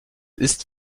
ist